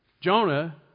Jonah